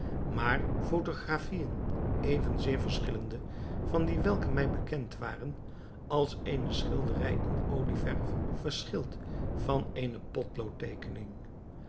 maar photographien evenzeer verschillende van die welke mij bekend waren als eene schilderij in olieverw verschilt van eene potloodteekening